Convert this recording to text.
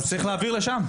אז צריך להעביר לשם.